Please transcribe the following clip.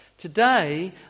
Today